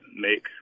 make